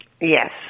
Yes